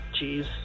jeez